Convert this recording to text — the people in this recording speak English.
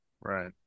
Right